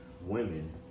women